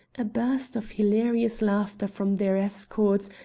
a burst of hilarious laughter from their escorts,